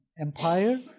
Empire